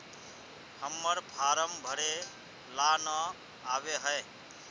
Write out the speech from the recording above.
हम्मर फारम भरे ला न आबेहय?